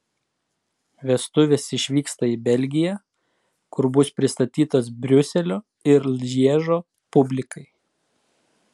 vestuvės išvyksta į belgiją kur bus pristatytos briuselio ir lježo publikai